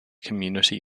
community